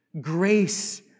grace